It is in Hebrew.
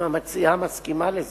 אם המציעה מסכימה לזה,